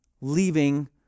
leaving